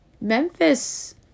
Memphis